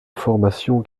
formation